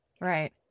Right